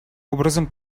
образом